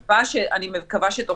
אני מקווה תוך